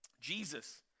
Jesus